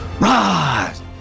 rise